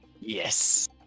Yes